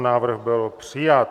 Návrh byl přijat.